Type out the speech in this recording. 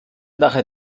daher